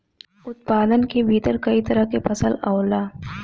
उत्पादन के भीतर कई तरह के फसल आवला